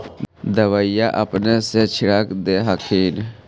दबइया अपने से छीरक दे हखिन?